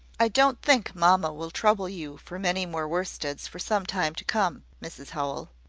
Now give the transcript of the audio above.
i don't think mamma will trouble you for many more worsteds for some time to come, mrs howell.